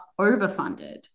overfunded